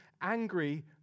angry